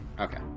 Okay